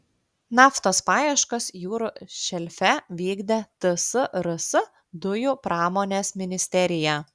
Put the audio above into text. naftos paieškas jūrų šelfe vykdė tsrs dujų pramonės ministerija